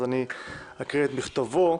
אז אקרא את מכתבו: